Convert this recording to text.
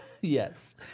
Yes